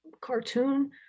cartoon